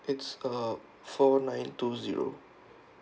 it's uh four nine two zero